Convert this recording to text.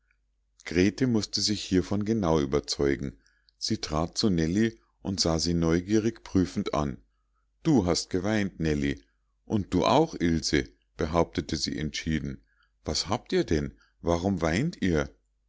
grete mußte sich hiervon genau überzeugen sie trat zu nellie und sah sie neugierig prüfend an du hast geweint nellie und du auch ilse behauptete sie entschieden was habt ihr denn warum weint ihr